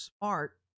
smart